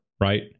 right